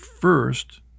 first